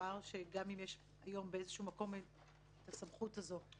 שאמר שגם אם יש היום באיזשהו מקום את הסמכות הזו,